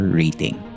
rating